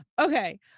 okay